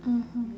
mmhmm